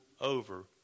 over